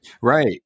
Right